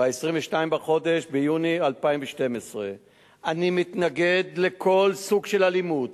ב-22 ביוני 2012. אני מתנגד לכל סוג של אלימות